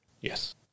Yes